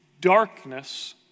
darkness